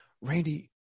Randy